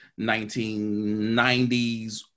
1990s